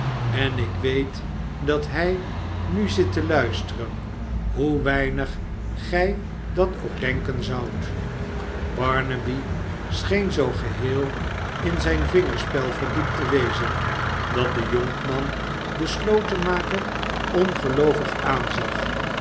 en ik weet dat hij nu zit te luisteren hoe weinig gij dat ook denken zoudt barnaby scheen zoo geheel in zijn vingerspel verdiept te wezen dat de jonkman den slotenmaker ongeloovig aanzag